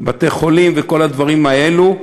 בתי-חולים וכל הדברים האלה,